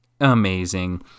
amazing